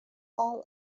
all